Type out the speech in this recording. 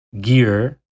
gear